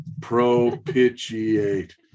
Propitiate